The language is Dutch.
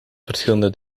verschillende